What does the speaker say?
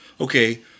okay